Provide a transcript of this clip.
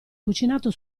cucinato